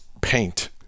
paint